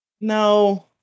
No